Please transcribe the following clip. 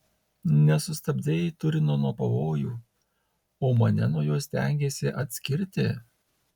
nesustabdei turino nuo pavojų o mane nuo jo stengiesi atskirti